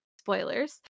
Spoilers